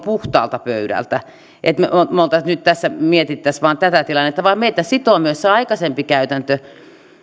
puhtaalta pöydältä että me nyt tässä miettisimme vain tätä tilannetta vaan meitä sitoo myös se aikaisempi käytäntö